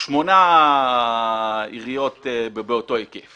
שמונה עיריות באותו היקף